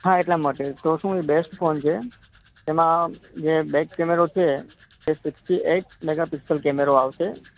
હા એટલા માટે જ તો શું એ બેસ્ટ ફોન છે એમાં જે બૅક કેમેરો છે એ સિક્સટી એઈટ મેગા પીક્સેલ કેમેરો આવશે